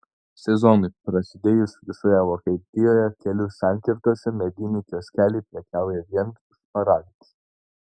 sezonui prasidėjus visoje vokietijoje kelių sankirtose mediniai kioskeliai prekiauja vien šparagais